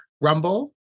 Rumble